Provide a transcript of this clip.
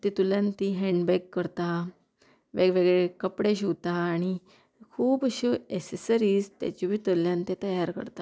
तितूंतल्यान ती हँन्डबॅग करता वेगवेगळे कपडे शिंवता आनी खूब अश्यो एसेसरीज तेज भितरल्यान ते तयार करता